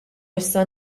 issa